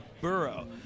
borough